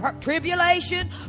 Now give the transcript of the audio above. Tribulation